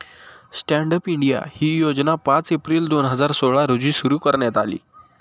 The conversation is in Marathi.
स्टँडअप इंडिया ही योजना पाच एप्रिल दोन हजार सोळा रोजी सुरु करण्यात आली